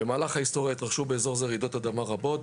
במהלך ההיסטוריה התרחשו באזור זה רעידות אדמה רבות,